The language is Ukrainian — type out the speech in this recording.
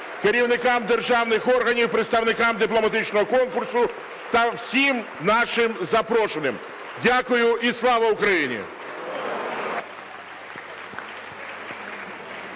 керівникам державних органів, представникам дипломатичного конкурсу та всім нашим запрошеним. Дякую. І слава Україні!